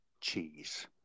cheese